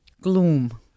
gloom